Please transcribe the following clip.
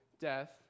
death